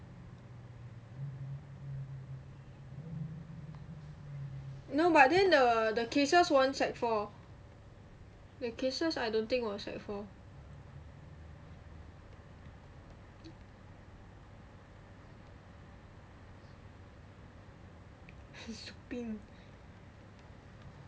but then the the cases weren't sec four the cases I don't think were sec four